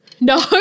no